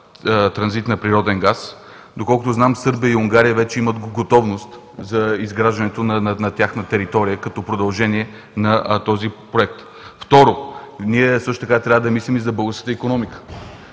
транзит на природен газ. Доколкото знам, Сърбия и Унгария вече имат готовност за изграждането на тяхна територия като продължение на този проект. Второ, трябва да мислим и за българската икономика.